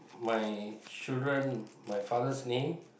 my children my father's name